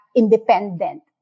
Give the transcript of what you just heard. independent